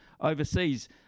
overseas